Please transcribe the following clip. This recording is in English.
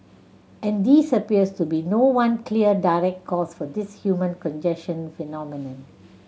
and these appears to be no one clear direct cause for this human congestion phenomenon